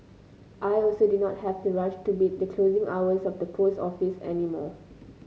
I also do not have to rush to beat the closing hours of the post office any more